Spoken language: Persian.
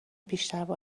بیشتر